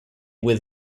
with